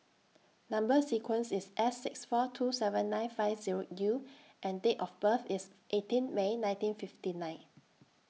Number sequence IS S six four two seven nine five Zero U and Date of birth IS eighteen May nineteen fifty nine